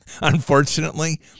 Unfortunately